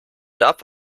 darf